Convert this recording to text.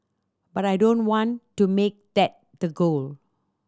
but I don't want to make that the goal